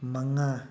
ꯃꯉꯥ